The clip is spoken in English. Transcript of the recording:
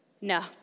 No